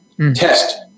test